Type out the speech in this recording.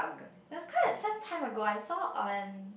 was quite some time ago I saw on